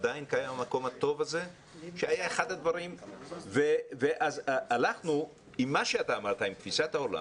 עדיין קיים המקום הטוב הזה שהיה אחד הדברים והלכנו עם תפיסת העולם